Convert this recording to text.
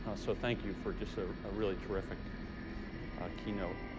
so thank you for just a ah really terrific keynote.